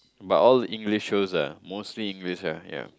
but all English shows ah mostly English ah yea